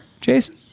Jason